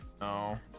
no